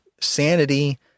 sanity